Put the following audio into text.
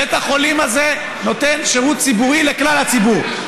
בית החולים הזה נותן שירות ציבורי לכלל הציבור.